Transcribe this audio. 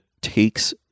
takes